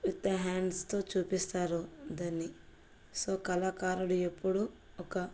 with the హ్యాండ్స్తో చూపిస్తారు దాన్ని సో కళాకారుడు ఎప్పుడూ ఒక